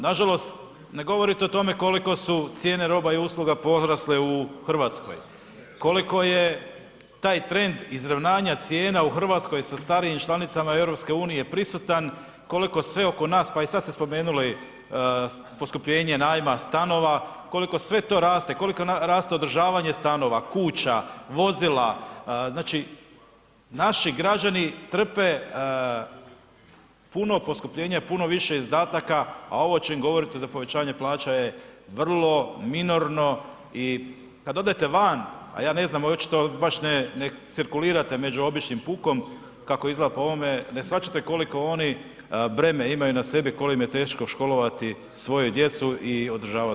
Nažalost ne govorite o tome koliko su cijene roba i usluga porasle u Hrvatskoj, koliko je taj trend izravnanja cijena u Hrvatskoj sa starijim članicama EU prisutan, koliko sve oko nas, pa i sad ste spomenuli poskupljenje najma stanova, koliko sve to raste, koliko raste održavanje stanova, kuća, vozila, znači naši građani trpe puno poskupljenja, puno više izdataka, a ovo o čemu govorite za povećanje plaća je vrlo minorno i, kad odete van, a ja ne znam očito baš ne cirkulirate među običnim pukom, kako izgleda po ovome, ne shvaćate koliko oni breme imaju na sebi, koliko im je teško školovati svoju djecu i održavati domove.